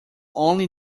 only